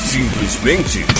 Simplesmente